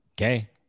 okay